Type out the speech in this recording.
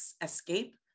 escape